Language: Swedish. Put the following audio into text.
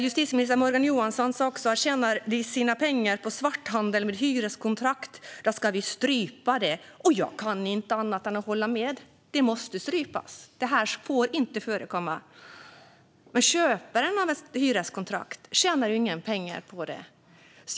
Justitieminister Morgan Johansson sa också: Tjänar de sina pengar på svarthandel med hyreskontrakt ska vi strypa detta. Jag kan inte annat än hålla med - det måste strypas. Det här får inte förekomma. Men köparen av ett hyreskontrakt tjänar ju inga pengar på detta.